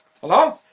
Hello